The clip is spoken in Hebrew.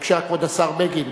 בבקשה, כבוד השר בגין.